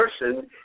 person